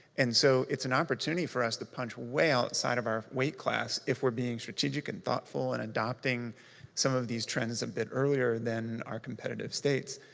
and so, it's an opportunity for us to punch way outside of our weight class if we're being strategic, and thoughtful, and adopting some of these trends a bit earlier than our competitive states.